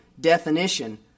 definition